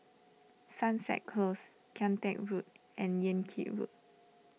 Sunset Close Kian Teck Road and Yan Kit Road